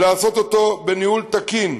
לעשות אותו בניהול תקין.